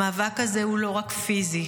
המאבק הזה הוא לא רק פיזי,